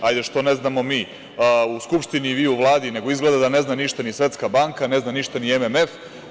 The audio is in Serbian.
Hajde što ne znamo mi u Skupštini i vi u Vladi, nego izgleda da ne zna ništa ni Svetska banka, ne zna ništa ni MMF.